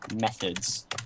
methods